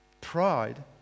Pride